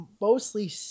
mostly